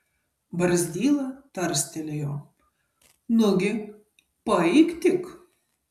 barzdyla tarstelėjo nugi paeik tik